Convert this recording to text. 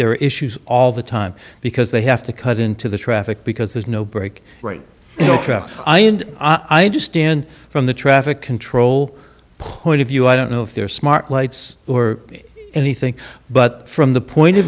are issues all the time because they have to cut into the traffic because there's no brake right and i and i understand from the traffic control point of view i don't know if they're smart lights or anything but from the point of